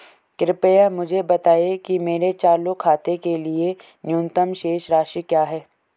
कृपया मुझे बताएं कि मेरे चालू खाते के लिए न्यूनतम शेष राशि क्या है?